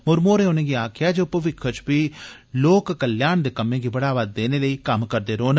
मुरमू होरें उनेंगी आक्खेया जे ओ भविक्ख च बी लोक कल्याण दे कम्में गी बढ़ावा देने लेई कम्म करदे रोहन